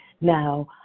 Now